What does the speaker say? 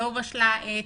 לא בשלה העת,